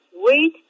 wait